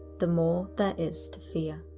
the more there is to fear.